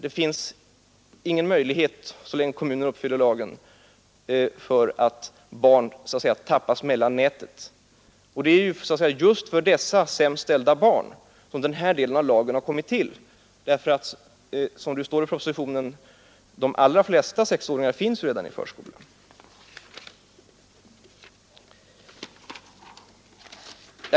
Så länge kommunen följer lagen finns det ingen möjlighet att barnen så att säga skall slinka igenom nätmaskorna i sådana sammanhang. Och det är just för de sämst ställda barnen som denna del av lagen har kommit till, ty som det står i propositionen finns redan de allra flesta sexåringar med i förskolan.